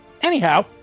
Anyhow